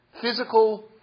physical